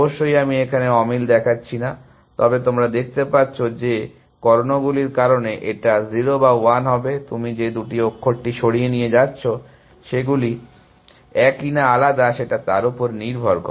অবশ্যই আমি এখানে অমিল দেখাচ্ছি না তবে তোমরা এখানে দেখতে পাচ্ছো যে কর্ণ গুলির কারণে এটা 0 বা 1 হবে তুমি যে দুটি অক্ষরটি সরিয়ে নিয়ে যাচ্ছ সেগুলি একই না আলাদা সেটা তার উপর নির্ভর করে